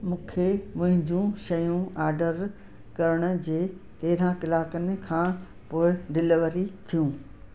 मूंखे मुंहिंजूं शयूं ऑडर करण जे तेरहं कलाकनि खां पोएं डिलीवरी थियूं